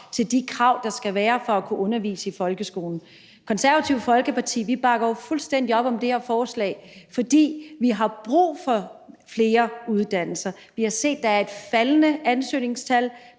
til de krav, der skal være for at kunne undervise i folkeskolen. Det Konservative Folkeparti bakker fuldstændig op om det her forslag, fordi vi har brug for flere uddannelser. Vi har set, at der er et faldende ansøgningstal